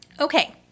Okay